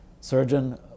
surgeon